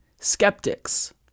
skeptics